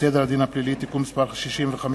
סדר הדין הפלילי (תיקון מס' 65)